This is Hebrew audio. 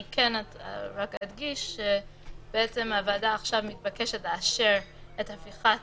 אני רק אדגיש שהוועדה עכשיו מתבקשת לאשר הפיכת